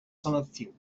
selectiu